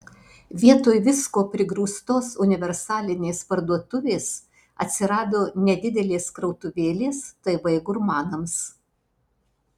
vietoj visko prigrūstos universalinės parduotuvės atsirado nedidelės krautuvėlės tv gurmanams